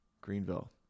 Greenville